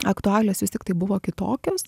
aktualijos vis tiktai buvo kitokios